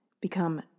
become